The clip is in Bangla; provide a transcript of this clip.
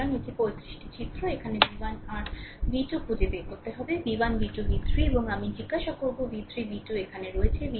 সুতরাং এটি 35 চিত্র এখানে v1 r v2 খুঁজে বের করতে হবে v1 v2 v3 এবং আমি জিজ্ঞাসা করব v3 v2 এখানে রয়েছে